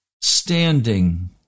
standing